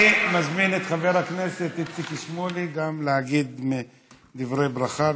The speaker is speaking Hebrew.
אני מזמין גם את חבר הכנסת איציק שמולי להגיד דברי ברכה,